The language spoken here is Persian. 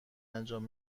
انجام